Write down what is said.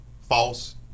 false